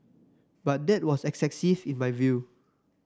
but that was excessive in my view